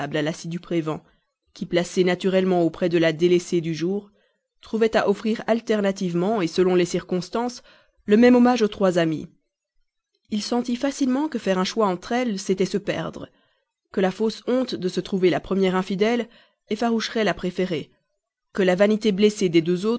à l'assidu prévan qui placé naturellement auprès de la délaissée du jour trouvait à offrir alternativement selon les circonstances le même hommage aux trois amies il sentit que faire un choix entre elles c'était se perdre que la fausse honte de se trouver la première infidèle effaroucherait la préférée que la vanité blessée des deux